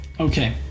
Okay